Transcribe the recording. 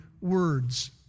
words